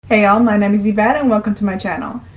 hey y'all! my name is yvette and welcome to my channel.